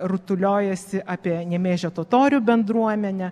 rutuliojosi apie nemėžio totorių bendruomenę